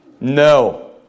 No